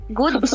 good